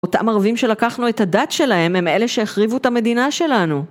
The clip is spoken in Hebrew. אותם ערבים שלקחנו את הדת שלהם הם אלה שהחריבו את המדינה שלנו